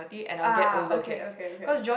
ah okay okay okay